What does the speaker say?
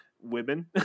women